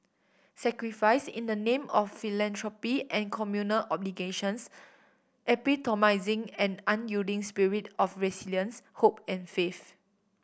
sacrifice in the name of philanthropy and communal obligations epitomising and unyielding spirit of resilience hope and faith